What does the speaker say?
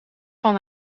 van